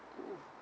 mm